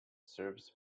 serves